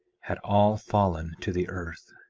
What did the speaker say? had all fallen to the earth,